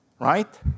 Right